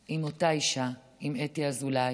עם אותה אישה, עם אתי אזולאי.